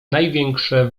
największe